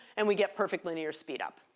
and we get perfect linear speed up.